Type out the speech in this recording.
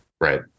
Right